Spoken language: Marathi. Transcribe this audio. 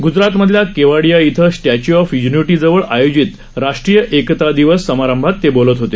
गुजराथ मधल्या केवाडीआ ॐ स्टॅच्यू ऑफ युनिटी जवळ आयोजित राष्ट्रीय एकता दिवस समारंभात ते बोलत होते